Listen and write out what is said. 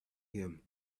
him